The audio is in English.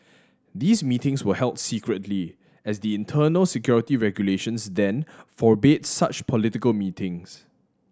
these meetings were held secretly as the internal security regulations then forbade such political meetings